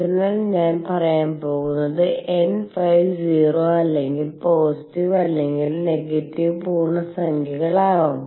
അതിനാൽ ഞാൻ പറയാൻ പോകുന്നത് nϕ 0 അല്ലെങ്കിൽ പോസിറ്റീവ് അല്ലെങ്കിൽ നെഗറ്റീവ് പൂർണ്ണസംഖ്യകളാകാം